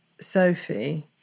Sophie